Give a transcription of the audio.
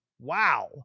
Wow